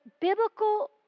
biblical